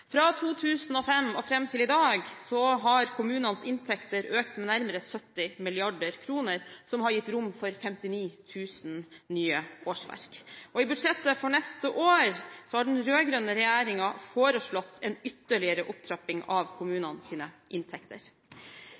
Fra 2005 og fram til i dag har kommunenes inntekter økt med nærmere 70 mrd. kr, som har gitt rom for 59 000 nye årsverk. I budsjettet for neste år har den rød-grønne regjeringen foreslått en ytterligere opptrapping av kommunenes inntekter. De siste åtte årene har kommunene ikke bare bygd ut tjenestene sine